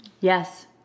yes